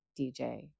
DJ